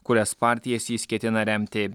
kurias partijas jis ketina remti